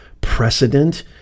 precedent